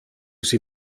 sie